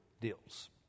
deals